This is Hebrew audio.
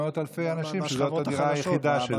במאות אלפי אנשים שזאת הדירה היחידה שלהם.